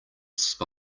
spy